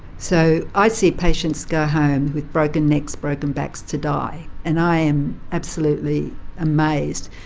so i see patients go home with broken necks, broken backs to die. and i am absolutely amazed.